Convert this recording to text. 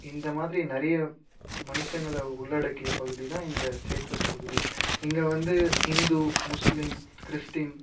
இந்த மாதிரி நிறைய மனுஷங்களை உள்ளடக்கிய பகுதி தான் இந்த சேத்துபட் பகுதி இங்கே வந்து ஹிந்து முஸ்லீம் கிறிஸ்டின்